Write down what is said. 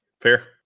Fair